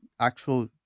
actual